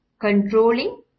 controlling